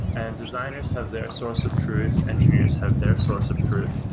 and designers have their source of truth, engineers have their source of truth.